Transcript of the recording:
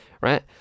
right